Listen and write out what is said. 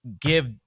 give